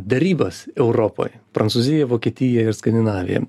derybas europoj prancūzija vokietija ir skandinavija